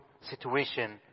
situation